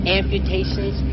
amputations